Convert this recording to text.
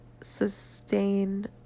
sustain